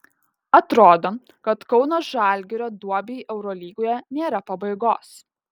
atrodo kad kauno žalgirio duobei eurolygoje nėra pabaigos